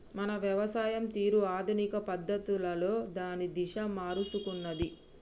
మన వ్యవసాయం తీరు ఆధునిక పద్ధతులలో దాని దిశ మారుసుకున్నాది